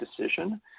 decision